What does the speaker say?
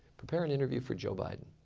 prepare an interview for joe biden.